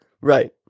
Right